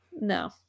No